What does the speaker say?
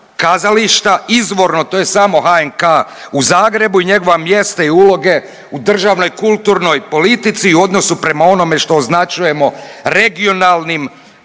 kazališta izvorno to je samo HNK u Zagrebu i njegova mjesta i uloge u državnoj kulturnoj politici u odnosu prema onome što označujemo regionalnim